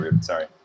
Sorry